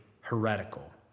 heretical